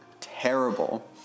terrible